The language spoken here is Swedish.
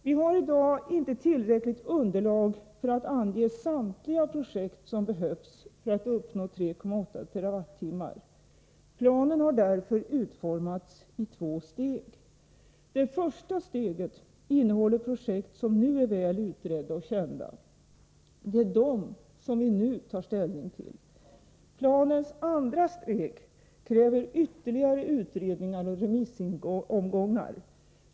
Vi har i dag inte tillräckligt underlag för att ange samtliga projekt som behövs för att uppnå 3,8 TWh. Planen har därför utformats i två steg. Det första steget innehåller projekt som nu är väl utredda och kända. Det är dem vi nu tar ställning till. Planens andra steg kräver ytterligare utredningar och remissomgångar.